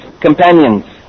companions